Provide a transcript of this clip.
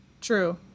True